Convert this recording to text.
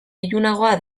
ilunagoa